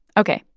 ok,